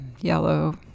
yellow